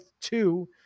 two